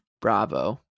Bravo